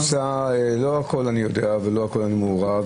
אני נמצא אבל לא הכל אני יודע ולא בהכל אני מעורב,